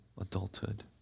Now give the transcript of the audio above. adulthood